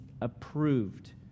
approved